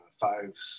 five